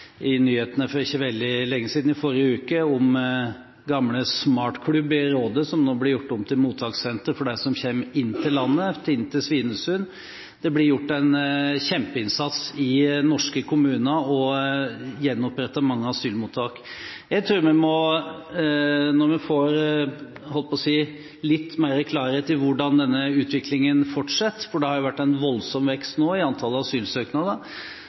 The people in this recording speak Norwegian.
i nyhetene for ikke veldig lenge siden, i forrige uke, om gamle Smart Club i Råde som nå blir gjort om til mottakssenter for dem som kommer inn til landet via Svinesund. Det blir gjort en kjempeinnsats i norske kommuner og gjenopprettet mange asylmottak. Jeg tror at når vi får litt mer klarhet i hvordan denne utviklingen fortsetter – for det har vært en voldsom vekst i antall asylsøknader